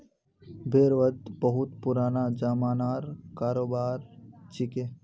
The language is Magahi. भेड़ वध बहुत पुराना ज़मानार करोबार छिके